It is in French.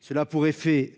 Cela a